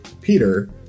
Peter